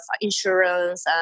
insurance